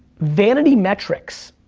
vanity metrics,